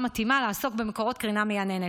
מתאימה לעסוק במקורות קרינה מייננת.